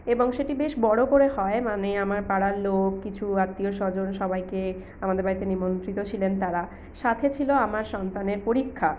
এবং সেটি বেশ বড়ো করে হয় মানে আমার পাড়ার লোক কিছু আত্মীয় স্বজন সবাইকে আমাদের বাড়িতে নিমন্ত্রিত ছিলেন তারা সাথে ছিল আমার সন্তানের পরীক্ষা